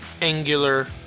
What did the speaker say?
Angular